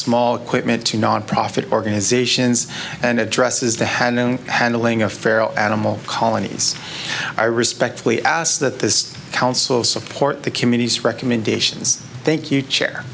small equipment to nonprofit organizations and addresses the had no handling of feral animal colonies i respectfully ask that this council support the community's recommendations thank you chair